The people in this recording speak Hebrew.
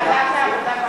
ועדת העבודה